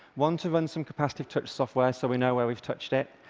one to run some capacitive touch software, so we know where we've touched it,